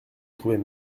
trouvez